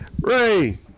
Ray